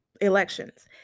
elections